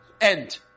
End